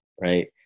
right